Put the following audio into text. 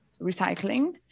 recycling